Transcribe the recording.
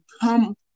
come